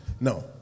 No